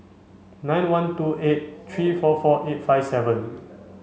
nine one two eight three four four eight five seven